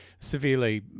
severely